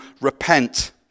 repent